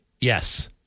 yes